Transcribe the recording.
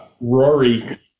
Rory